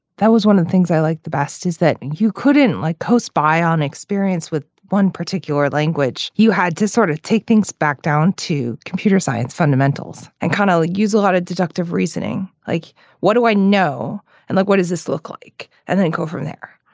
that was one of the things i like the best is that you couldn't like coast by on experience with one particular language you had to sort of take things back down to computer science fundamentals and kind of ah use a lot of deductive reasoning like what do i know and like what does this look like and then go from there.